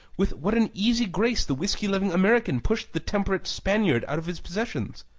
with what an easy grace the whisky-loving american pushed the temperate spaniard out of his possessions!